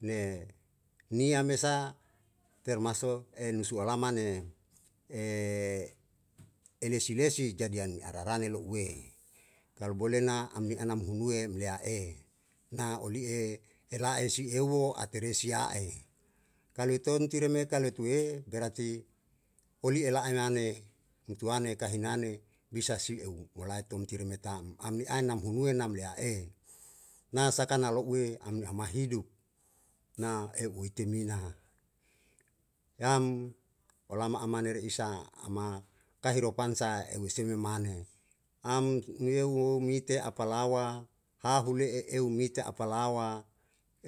Ne niya mesa termasuk e nusu ala mane e lesi lesi jadi an i ararane lo'ue kalu bole na am ni anam hunue mle'a e na uli'e ela e si euo a teresia e kalu otom tire me kalu tue berati oli ela'e nane umtua ne kahinane bisa si eu molae tum tiri me tam am ni ae nam hunue nam le'a e na sakana lo'u am ni ama hidup na eu i etemina yam olama amane re isa ama kahirupan sa eu esime mane am nue wo a palawa hahu le'e eu mite a palawa